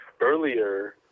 Earlier